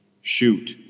shoot